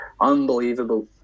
Unbelievable